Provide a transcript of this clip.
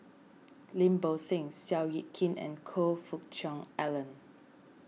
Lim Bo Seng Seow Yit Kin and Choe Fook Cheong Alan